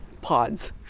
pods